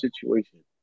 situation